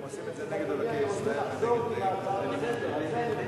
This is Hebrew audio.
לא, אני רוצה לחזור בי מההצעה לסדר-היום.